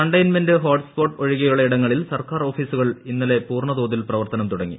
containment hotspot ഒഴികെയുള്ള ഇടങ്ങളിൽ സർക്കാർ ഓഫീസുകൾ ഇന്നലെ സ്പൂർണതോതിൽ പ്രവർത്തനം തുടങ്ങി